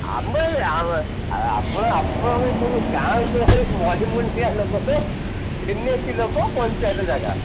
ଆମେ ଆପଣ ଆପଣଙ୍କ ସବୁ ଗାଁ ପାଖରେ ମଳି ମୁଣ୍ଡିଆ ଲୋକ ତ ଏନ୍ ଏ ସି ଲୋକ ପଞ୍ଚାୟତ ଜାଗା